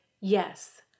Yes